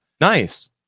Nice